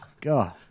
God